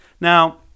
Now